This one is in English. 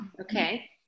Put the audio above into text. Okay